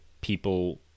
people